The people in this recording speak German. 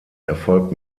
erfolgt